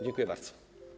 Dziękuję bardzo.